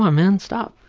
um man, stop.